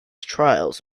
trials